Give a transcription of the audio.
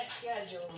schedule